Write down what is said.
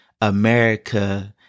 America